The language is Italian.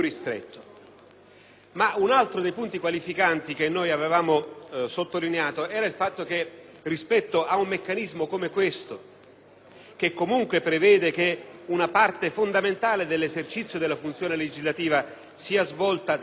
Un altro dei punti qualificanti che avevamo sottolineato, però, era il fatto che esso - rispetto ad un meccanismo come questo, che comunque prevede che una parte fondamentale dell'esercizio della funzione legislativa sia svolta dal Governo